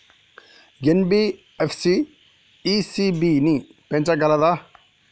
NBFC ECB ని పెంచగలదా?